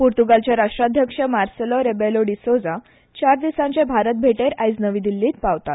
पूर्त्गालचे राष्ट्राध्यक्ष Marcelo Rebelo de Sousa चार दिसांचे भारत भेटेर आयज नवी दिल्लींत पावतात